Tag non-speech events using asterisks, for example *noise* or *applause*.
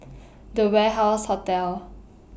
*noise* The Warehouse Hotel